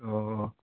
अह